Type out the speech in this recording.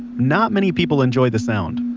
not many people enjoyed the sound,